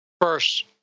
first